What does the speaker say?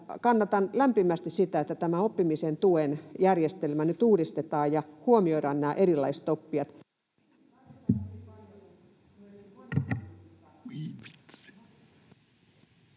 kannatan lämpimästi sitä, että tämä oppimisen tuen järjestelmä nyt uudistetaan ja huomioidaan nämä erilaiset oppijat.